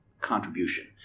contribution